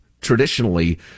traditionally